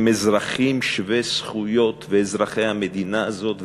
הם אזרחים שווי זכויות ואזרחי המדינה הזאת,